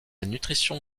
nutrition